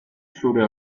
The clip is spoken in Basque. zure